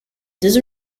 this